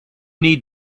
need